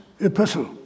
epistle